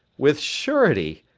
with surety.